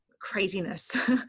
craziness